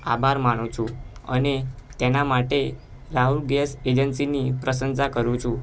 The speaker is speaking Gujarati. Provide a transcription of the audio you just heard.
આભાર માનુ છું અને તેના માટે રાહુલ ગેસ એજન્સીની પ્રશંસા કરું છું